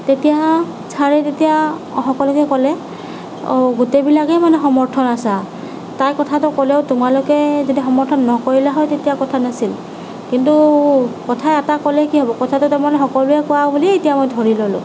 তেতিয়া ছাৰে তেতিয়া সকলোকে ক'লে অঁ গোটেইবিলাকে মানে সমৰ্থন আছা তাই কথাটো ক'লেও তোমালোকে যদি সমৰ্থন নকৰিলা হয় তেতিয়া কথা নাছিল কিন্তু কথা এটা ক'লে কি হ'ব কথাটো এতিয়া তাৰমানে সকলোৱে কোৱা বুলিয়েই মই ধৰি ল'লোঁ